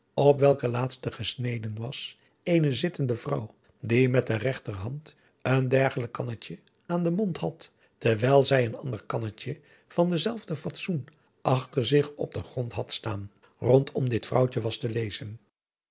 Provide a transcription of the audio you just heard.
op welken laatste gesneden was eene zittende vrouw die met de regterhand een dergelijk kannetje aan den mond had terwijl zij een ander kannetje van hetzelfde fatsoen achter zich op den grond had staan rondom dit vrouwtje was te lezen